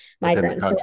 migrants